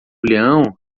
leão